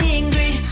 angry